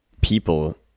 people